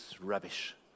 rubbish